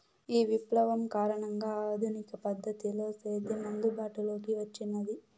ఈ విప్లవం కారణంగా ఆధునిక పద్ధతిలో సేద్యం అందుబాటులోకి వచ్చినాది